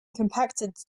compacted